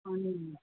पानिमे